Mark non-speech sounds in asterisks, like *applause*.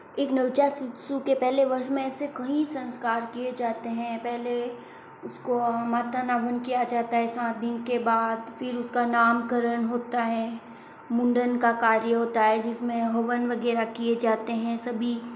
एक नवजात शिशु के पहले वर्ष में ऐसे कईं संस्कार किए जाते हैं पहले उसको माता *unintelligible* किया जाता है सात दिन के बाद फिर उसका नामकरण होता है मुंडन का कार्य होता है जिसमें हवन वगैरह किए जाते हैं सभी